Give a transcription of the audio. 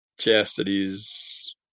Chastity's